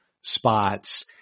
spots